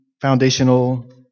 foundational